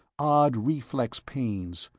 odd reflex pains,